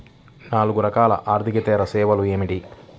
నాలుగు రకాల ఆర్థికేతర సేవలు ఏమిటీ?